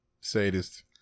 sadist